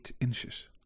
inches